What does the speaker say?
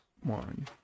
one